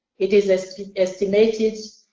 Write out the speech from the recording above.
it is is estimated